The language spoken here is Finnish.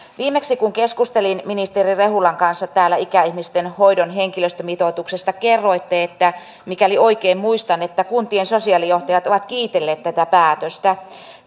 viimeksi kun keskustelin ministeri rehulan kanssa täällä ikäihmisten hoidon henkilöstömitoituksesta kerroitte mikäli oikein muistan että kuntien sosiaalijohtajat ovat kiitelleet tätä päätöstä